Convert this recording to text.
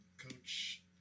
coach